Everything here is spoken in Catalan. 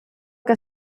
que